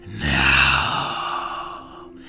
now